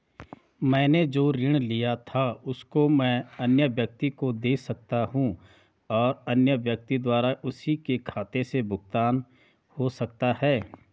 मैंने जो ऋण लिया था उसको मैं अन्य व्यक्ति को दें सकता हूँ और अन्य व्यक्ति द्वारा उसी के खाते से भुगतान हो सकता है?